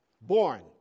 born